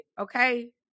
Okay